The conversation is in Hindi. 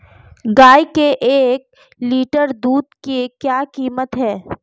गाय के एक लीटर दूध की क्या कीमत है?